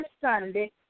Sunday